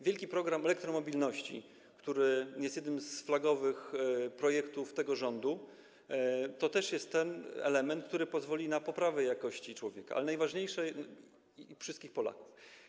Wielki program elektromobilności, który jest jednym z flagowych projektów tego rządu, to też jest ten element, który pozwoli na poprawę jakości... człowieka, wszystkich Polaków.